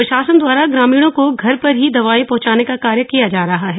प्रशासन द्वारा ग्रामीणों को घर पर ही दवाएं पहंचाने का कार्य किया जा रहा है